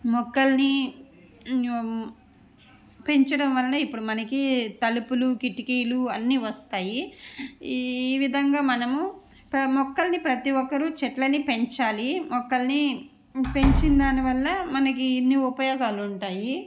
మొక్కల్ని పెంచడం వలన ఇప్పుడు మనకి తలుపులు కిటికీలు అన్నీ వస్తాయి ఈ విధంగా మనము మొక్కల్ని ప్రతి ఒక్కరు చెట్లని పెంచాలి మొక్కల్ని పెంచిన దానివల్ల మనకి ఇన్ని ఉపయోగాలు ఉంటాయి